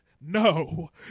no